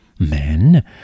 Men